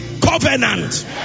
covenant